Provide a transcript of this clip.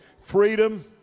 Freedom